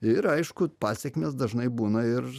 ir aišku pasekmės dažnai būna ir